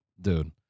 Dude